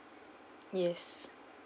yes